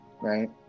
right